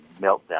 meltdown